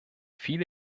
viele